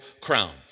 crown